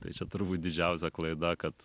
tai čia turbūt didžiausia klaida kad